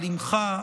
על אימך,